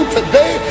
today